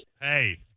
Hey